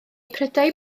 prydau